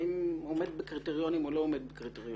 האם עומד בקריטריונים או לא עומד בקריטריונים,